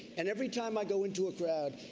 and every time i go into a crowd,